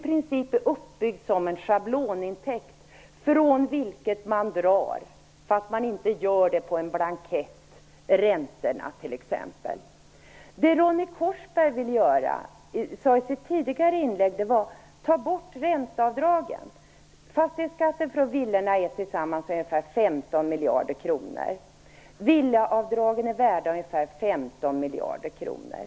Den är uppbyggd som en schablonintäkt från vilken man drar t.ex. räntorna, om än inte på en blankett. Ronny Korsberg sade i sitt tidagare inlägg: Tag bort räneavdragen. Fastighetsskatten från villorna är sammantaget ungefär 15 miljarder kronor. Villaavdragen är värda ungefär 15 miljarder kronor.